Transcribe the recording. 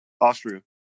Austria